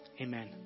Amen